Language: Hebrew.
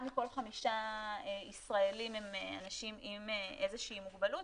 אחד מכל חמישה ישראלים הם אנשים עם איזושהי מוגבלות,